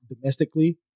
domestically